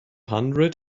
hundred